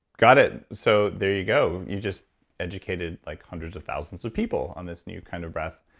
got it. so there you go. you just educated like hundreds of thousands of people on this new kind of breath.